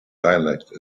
dialect